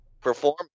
Perform